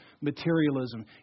materialism